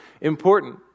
important